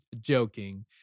joking